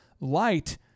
light